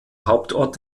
hauptort